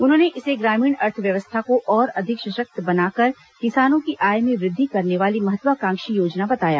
उन्होंने इसे ग्रामीण अर्थव्यवस्था को और अधिक सशक्त बनाकर किसानों की आय में वृद्वि करने वाली महत्वाकांक्षी योजना बताया